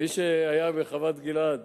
מי שהיה בחוות-גלעד